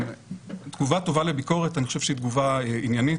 אני חושב שתגובה טובה לביקורת היא תגובה עניינית,